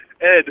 Ed